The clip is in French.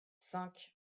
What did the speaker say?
cinq